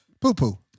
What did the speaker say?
poo-poo